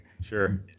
Sure